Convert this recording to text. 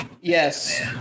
Yes